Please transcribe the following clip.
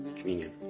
communion